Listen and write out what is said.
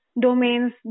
domains